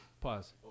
Pause